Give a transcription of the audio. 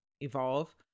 evolve